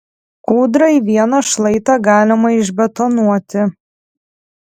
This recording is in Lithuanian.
kūdrai vieną šlaitą galima išbetonuoti